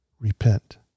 repent